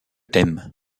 t’aime